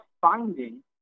finding